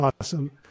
Awesome